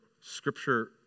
scripture